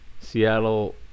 Seattle